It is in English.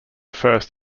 first